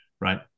right